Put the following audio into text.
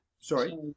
Sorry